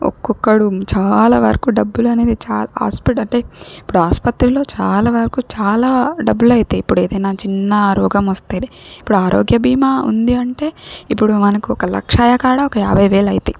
ఒక్కొక్కడు చాలా వరకు డబ్బులు అనేది చాలా హాస్పిటల్ అంటే ఇప్పుడు ఆస్పత్రిలో చాలా వరకు చాలా డబ్బులు అవుతాయి ఇప్పుడేదైనా చిన్న రోగమొస్తేనే ఇప్పుడు ఆరోగ్య భీమా ఉంది అంటే ఇప్పుడు మనకొక లక్షఅయ్యేకాడ ఒక యాభై వేలైతయ్